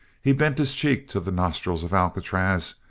he bent his cheek to the nostrils of alcatraz,